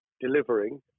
delivering